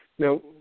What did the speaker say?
Now